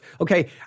okay